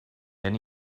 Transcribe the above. then